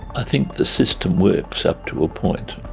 i think the system works up to a point.